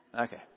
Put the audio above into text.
Okay